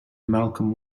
malcolm